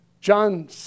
John